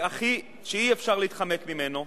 שאי-אפשר להתחמק ממנו.